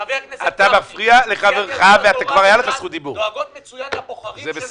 וחבר הכנסת גפני וסיעת יהדות התורה וש"ס דואגים מצוין לבחורים שלהם.